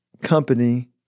company